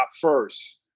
first